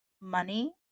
money